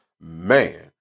Man